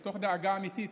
מתוך דאגה אמיתית,